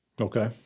Okay